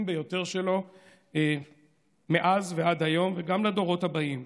ביותר שלו מאז ועד היום וגם לדורות הבאים,